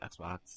Xbox